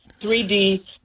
3d